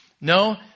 No